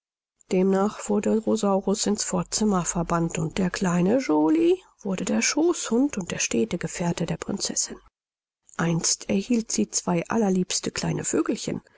demnach wurde rosaurus ins vorzimmer verbannt und der kleine joly wurde der schooßhund und der stete gefährte der prinzessin einst erhielt sie zwei allerliebste kleine vögelchen